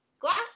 Glass